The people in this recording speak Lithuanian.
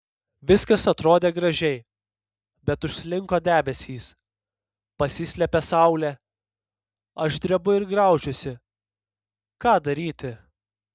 viskas atrodė gražiai bet užslinko debesys pasislėpė saulė aš drebu ir graužiuosi ką daryti